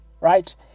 right